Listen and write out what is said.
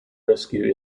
rescue